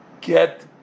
get